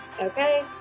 Okay